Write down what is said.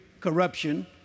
corruption